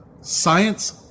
science